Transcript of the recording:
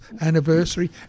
anniversary